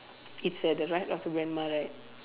it's at the right of the grandma right